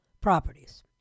properties